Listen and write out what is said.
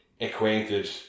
acquainted